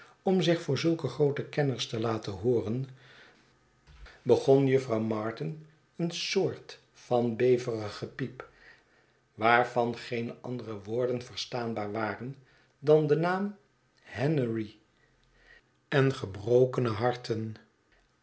om zich voor zulke groote kenners te laten hooren begon jufvrouw martin een soort van beverig gepiep waarvan geene andere woorden verstaanbaar waren dandenaam hen ery en gebrokene harten